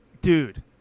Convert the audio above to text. Dude